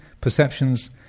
perceptions